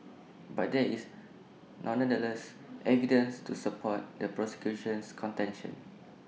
but there is nonetheless evidence to support the prosecution's contention